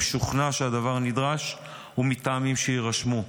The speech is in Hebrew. אם שוכנע שהדבר נדרש ומטעמים שיירשמו.